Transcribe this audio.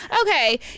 Okay